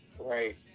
Right